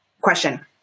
question